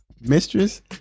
mistress